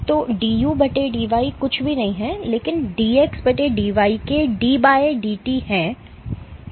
तो dudy कुछ भी नहीं है लेकिन dx dy के d dt है